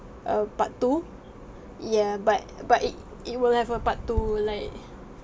uh part two ya but but it it will have a part two like